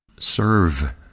Serve